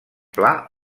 pla